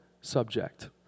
subject